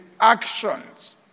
actions